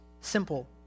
Simple